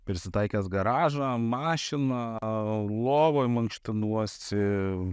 prisitaikęs garažą mašiną lovoj mankštinuosi